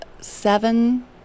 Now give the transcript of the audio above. seven